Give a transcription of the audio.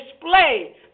display